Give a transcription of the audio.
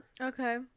Okay